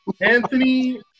Anthony